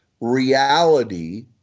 reality